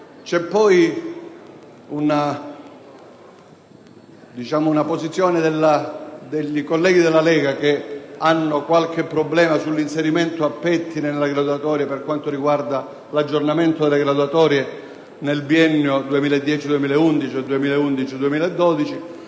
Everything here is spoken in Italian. C'è poi una posizione dei colleghi della Lega che manifestano perplessità in merito all'inserimento a pettine nella graduatoria per quanto riguarda l'aggiornamento delle graduatorie nel biennio 2010-2011 e 2011-2012.